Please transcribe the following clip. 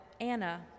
Anna